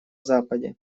западе